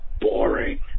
boring